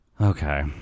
Okay